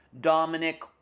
Dominic